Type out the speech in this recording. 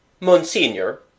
Monsignor